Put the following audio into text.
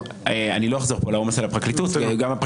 אני לא אחזור פה על העומס על הפרקליטות.